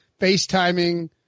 FaceTiming